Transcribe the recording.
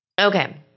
Okay